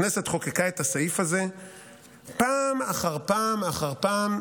הכנסת חוקקה את הסעיף הזה פעם אחר פעם אחר פעם.